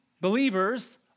believers